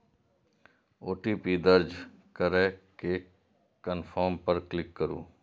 OTP दर्ज करै के कंफर्म पर क्लिक करू